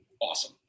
awesome